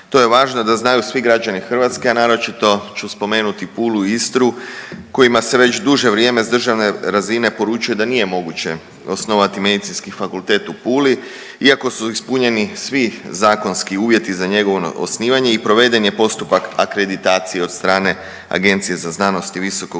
To je važno da znaju svi građani Hrvatske, a naročito ću spomenuti Pulu i Istru kojima se već druže vrijeme s državne razine poručuje da nije moguće osnovati Medicinski fakultet u Puli iako su ispunjeni svi zakonski uvjeti za njegovo osnivanje i proveden je postupak akreditacije od strane Agencije za znanost i visokog